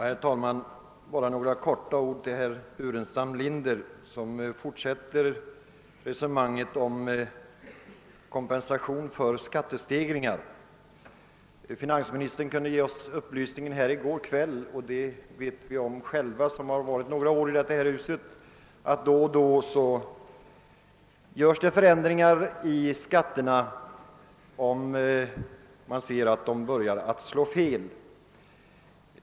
Herr talman! Bara några få ord till herr Burenstam Linder som fortsätter resonemanget om kompensation för skattestegringar. Finansministern kunde ge oss upplysningen i går kväll — och vi som varit några år här i huset vet det för övrigt ändå — att då och då görs det förändringar i skatterna om man ser att de börjar slå fel.